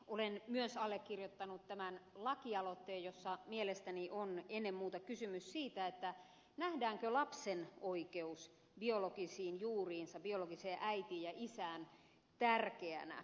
olen myös allekirjoittanut tämän lakialoitteen jossa mielestäni on ennen muuta kysymys siitä nähdäänkö lapsen oikeus biologisiin juuriinsa biologiseen äitiin ja isään tärkeänä